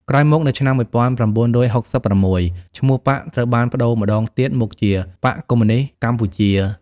ក្រោយមកនៅឆ្នាំ១៩៦៦ ឈ្មោះបក្សត្រូវបានប្តូរម្ដងទៀតមកជា «បក្សកុម្មុយនីស្តកម្ពុជា»។